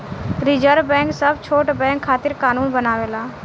reserve bank सब छोट bank खातिर कानून बनावेला